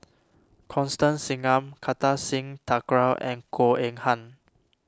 Constance Singam Kartar Singh Thakral and Goh Eng Han